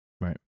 Right